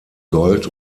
gold